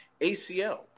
ACL